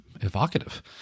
evocative